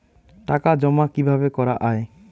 টাকা জমা কিভাবে করা য়ায়?